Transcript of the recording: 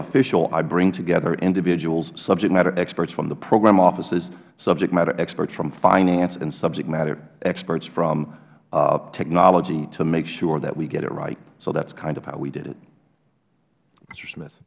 official i bring together individuals subject matter experts from the program offices subject matter experts from finance and subject matter experts from technology to make sure that we get it right so that is kind of how we did it